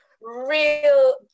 real